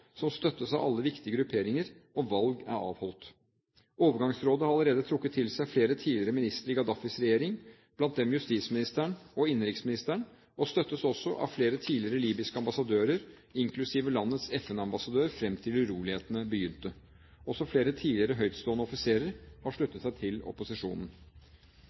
som støttes av alle viktige grupperinger, og valg er avholdt. Overgangsrådet har allerede trukket til seg tidligere ministere i Gaddafis regjering, blant dem justisministeren og innenriksministeren, og støttes også av flere tidligere libyske ambassadører, inklusiv landets FN-ambassadør fram til urolighetene begynte. Også flere tidligere høytstående offiserer har sluttet seg til opposisjonen.